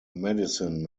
medicine